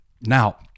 Now